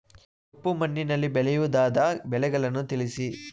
ಕಪ್ಪು ಮಣ್ಣಿನಲ್ಲಿ ಬೆಳೆಯಬಹುದಾದ ಬೆಳೆಗಳನ್ನು ತಿಳಿಸಿ?